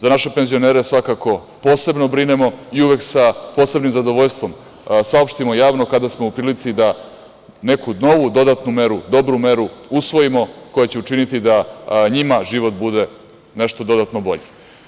Za naše penzionere svakako posebno brinemo i uvek sa posebnim zadovoljstvom saopštimo javno kada smo u prilici da neku novu dodatnu meru, dobru meru usvojimo koja će učiniti da njima život bude nešto dodatno bolji.